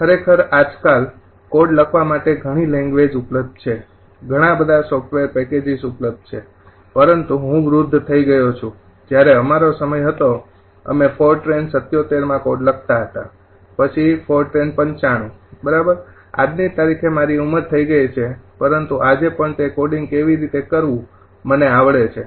ખરેખર આજકાલ કોડ લખવા માટે ઘણી લેંગ્વેજ ઉપલબ્ધ છે ઘણા બધા સોફ્ટવેર પેકેજીસ ઉપલબ્ધ છે પરંતુ હું વૃદ્ધ થઈ ગયો છું જ્યારે અમારો સમય હતો અમે ફોરટ્રેન ૭૭ માં કોડ લખતા હતા પછી ફોરટ્રેન ૯૫ બરાબર આજની તારીખે મારી ઉમર થઈ ગઈ છે પરંતુ આજે પણ તે કોડિંગ કેવી રીતે કરવું મને આવડે છે